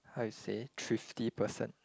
I say thrifty person